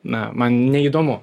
na man neįdomu